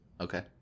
Okay